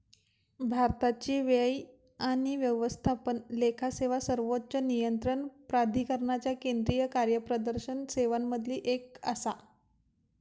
भारताची व्यय आणि व्यवस्थापन लेखा सेवा सर्वोच्च नियंत्रण प्राधिकरणाच्या केंद्रीय कार्यप्रदर्शन सेवांमधली एक आसा